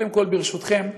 ברשותכם,